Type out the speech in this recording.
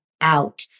out